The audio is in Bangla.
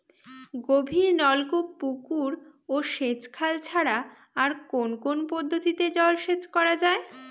গভীরনলকূপ পুকুর ও সেচখাল ছাড়া আর কোন কোন পদ্ধতিতে জলসেচ করা যায়?